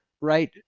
right